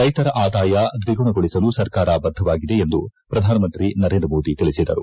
ರೈತರ ಆದಾಯ ದ್ವಿಗುಣಗೊಳಿಸಲು ಸರ್ಕಾರ ಬದ್ದವಾಗಿದೆ ಎಂದು ಪ್ರಧಾನಮಂತ್ರಿ ನರೇಂದ್ರ ಮೋದಿ ತಿಳಿಸಿದರು